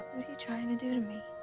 are you trying to do to me?